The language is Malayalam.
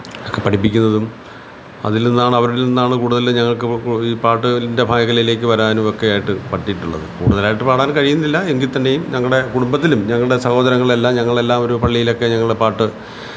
ഒക്കെ പഠിപ്പിക്കുന്നതും അതിൽ നിന്നാണ് അവരിൽ നിന്നാണ് കൂടുതൽ ഞങ്ങൾക്ക് ഈ പാട്ടിൻ്റെ മേഖലകളിലേക്ക് വരാനും ഒക്കെയായിട്ട് പറ്റിയിട്ടുള്ളത് കൂടുതലായിട്ട് പാടാൻ കഴിയുന്നില്ല എങ്കിൽ തന്നെയും ഞങ്ങളുടെ കുടുംബത്തിലും ഞങ്ങളുടെ സഹോദരങ്ങളെല്ലാം ഞങ്ങളെല്ലാവരും പള്ളീലെക്കെ ഞങ്ങൾ പാട്ട്